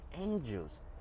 angels